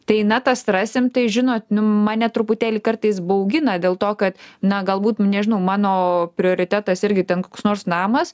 tai na tas rasim tai žinot nu mane truputėlį kartais baugina dėl to kad na galbūt nežinau mano prioritetas irgi ten koks nors namas